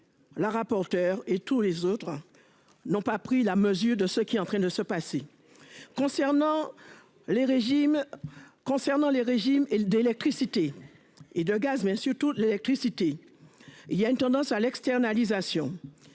La rapporteure et tous les autres n'ont pas pris la mesure de ce qui est en train de se passer concernant. Les régimes concernant les régimes et le d'électricité et de gaz mais surtout l'électricité. Il y a une tendance à l'externalisation.